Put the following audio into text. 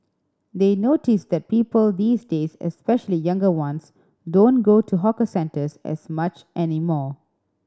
they notice that people these days especially younger ones don't go to hawker centres as much anymore